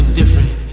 different